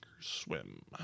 swim